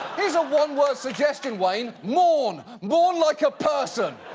here's a one-word suggestion, wayne, mourn, mourn like a person.